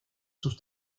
sus